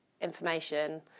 information